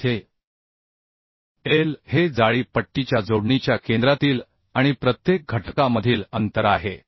येथे L हे जाळी पट्टीच्या जोडणीच्या केंद्रातील आणि प्रत्येक घटकामधील अंतर आहे